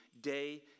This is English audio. day